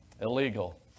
illegal